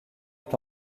est